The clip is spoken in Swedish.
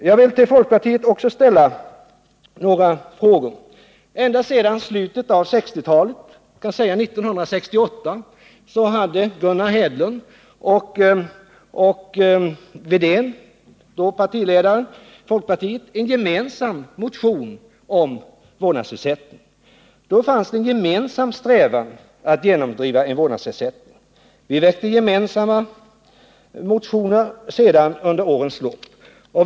Jag vill också ställa en fråga till folkpartiet. I slutet av 1960-talet, jag tror att det var 1968, väckte Gunnar Hedlund och Sven Wedén, då partiledare i folkpartiet, en gemensam motion om vårdnadsersättning. Det fanns då en gemensam strävan att genomdriva en vårdnadsersättning. Vi har sedan under årens lopp väckt gemensamma motioner i denna fråga.